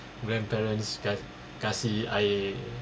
grandparents ka~ kasi air